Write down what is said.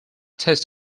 test